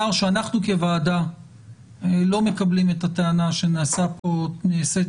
שאנחנו כוועדה לא מקבלים את הטענה שנעשה כאן